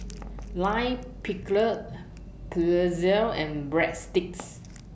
Lime Pickle Pretzel and Breadsticks